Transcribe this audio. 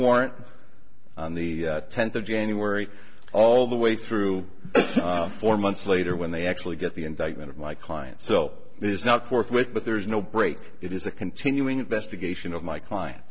warrant on the tenth of january all the way through four months later when they actually get the indictment of my client so there's not forthwith but there is no break it is a continuing investigation of my client